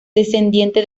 descendiente